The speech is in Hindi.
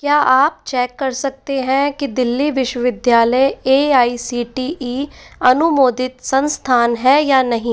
क्या आप चेक कर सकते हैं कि दिल्ली विश्वविद्यालय A I C T E अनुमोदित संस्थान है या नहीं